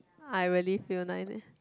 I really feel nine leh